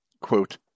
Quote